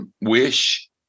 wish